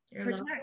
protect